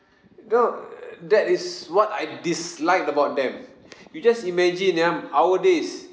know that is what I dislike about them you just imagine ya our days